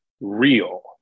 real